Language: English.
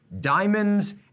diamonds